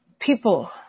people